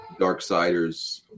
Darksiders